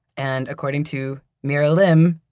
and according to mira lim,